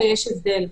ויש הבדל.